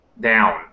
down